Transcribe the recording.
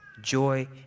joy